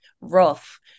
rough